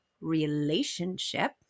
relationship